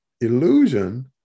illusion